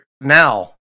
Now